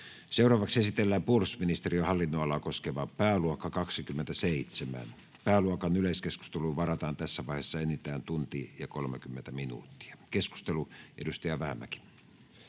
Content: Esitellään puolustusministeriön hallinnonalaa koskeva pääluokka 27. Pääluokan yleiskeskusteluun varataan tässä vaiheessa enintään 1 tunti ja 30 minuuttia. — Keskusteluun, edustaja Vähämäki.